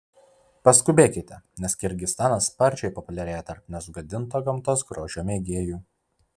paskubėkite nes kirgizstanas sparčiai populiarėja tarp nesugadinto gamtos grožio mėgėjų